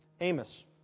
Amos